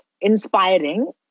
inspiring